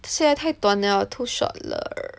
现在太短了 too short 了